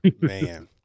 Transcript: man